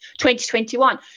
2021